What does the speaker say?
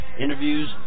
interviews